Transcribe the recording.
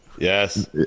Yes